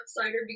outsider